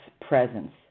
presence